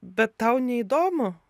bet tau neįdomu